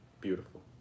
beautiful